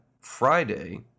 Friday